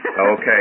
Okay